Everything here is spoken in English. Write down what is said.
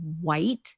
white